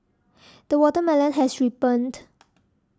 the watermelon has ripened